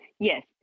Yes